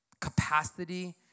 capacity